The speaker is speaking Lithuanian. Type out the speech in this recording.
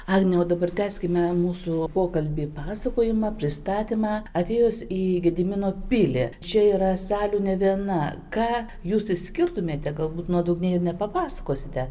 agnė o dabar tęskime mūsų pokalbį pasakojimą pristatymą atėjus į gedimino pilį čia yra salių nė viena ką jūs išskirtumėte galbūt nuodugniai nepapasakosite